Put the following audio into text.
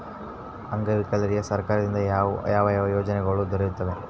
ಅಂಗವಿಕಲರಿಗೆ ಸರ್ಕಾರದಿಂದ ಯಾವ ಯಾವ ಯೋಜನೆಗಳು ದೊರೆಯುತ್ತವೆ?